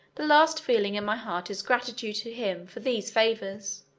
the last feeling in my heart is gratitude to him for these favors.